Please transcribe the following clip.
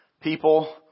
people